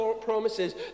promises